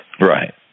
Right